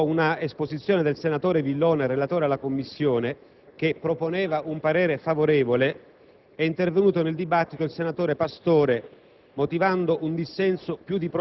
Dopo una esposizione del senatore Villone, relatore alla Commissione, che proponeva un parere favorevole, è intervenuto nel dibattito il senatore Pastore,